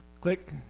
Click